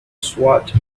swat